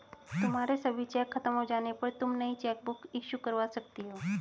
तुम्हारे सभी चेक खत्म हो जाने पर तुम नई चेकबुक इशू करवा सकती हो